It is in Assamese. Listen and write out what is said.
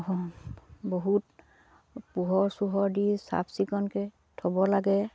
বহুত পোহৰ চোহৰ দি চাফ চিকুণকে থ'ব লাগে